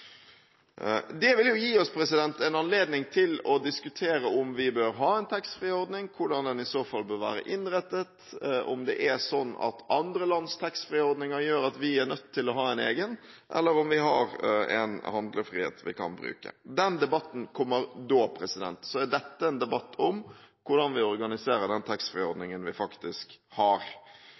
Det vil gi oss en anledning til å diskutere om vi bør ha en taxfree-ordning, hvordan den i så fall bør være innrettet, om det er sånn at andre lands taxfree-ordninger gjør at vi er nødt til å ha en egen, eller om vi har en handlefrihet vi kan bruke. Den debatten kommer da. Så er dette en debatt om hvordan vi organiserer den taxfree-ordningen vi faktisk har.